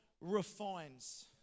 refines